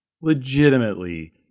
legitimately